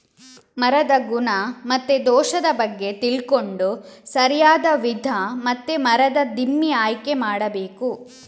ಮರದ ಗುಣ ಮತ್ತೆ ದೋಷದ ಬಗ್ಗೆ ತಿಳ್ಕೊಂಡು ಸರಿಯಾದ ವಿಧ ಮತ್ತೆ ಮರದ ದಿಮ್ಮಿ ಆಯ್ಕೆ ಮಾಡಬೇಕು